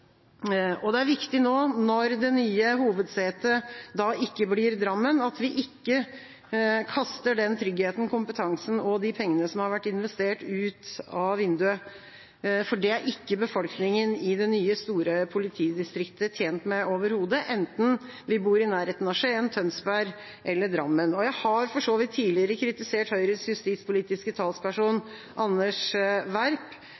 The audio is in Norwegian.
og det er viktig nå når det nye hovedsetet ikke blir Drammen, at vi ikke kaster den tryggheten, kompetansen og de pengene som har vært investert, ut av vinduet. For det er ikke befolkninga i det nye, store politidistriktet tjent med overhodet, enten vi bor i nærheten av Skien, Tønsberg eller Drammen. Jeg har for så vidt tidligere kritisert Høyres justispolitiske talsperson Anders